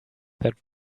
that